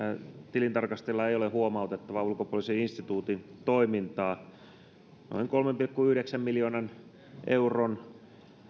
tilintarkastajilla ei ole huomautettavaa ulkopoliittisen instituutin toimintaan noin kolmen pilkku yhdeksän miljoonan euron